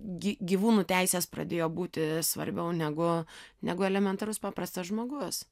gi gyvūnų teisės pradėjo būti svarbiau negu negu elementarus paprastas žmogus